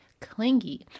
clingy